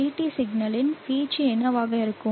VT சிக்னலின் வீச்சு என்னவாக இருக்கும்